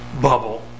bubble